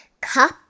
cup